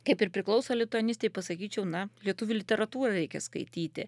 kaip ir priklauso lituanistei pasakyčiau na lietuvių literatūrą reikia skaityti